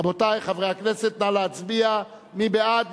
רבותי חברי הכנסת, נא להצביע, מי בעד?